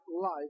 life